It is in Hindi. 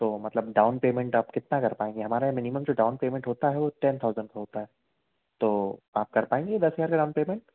तो मतलब डाउन पेमेंट आप कितना कर पाएंगे हमारे मिनिमम जो डाउन पेमेंट होता है वो टेन थाउजेंड का होता है तो आप कर पाएंगे दस हजार का डाउन पेमेंट